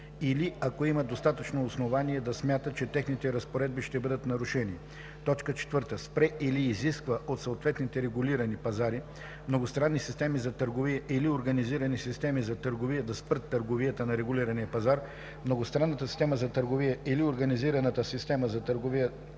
или ако има достатъчно основания да смята, че техните разпоредби ще бъдат нарушени; 4. спре или изисква от съответните регулирани пазари, многостранни системи за търговия или организирани системи за търговия да спрат търговията на регулирания пазар, многостранната система за търговия или организираната система за търговия